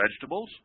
vegetables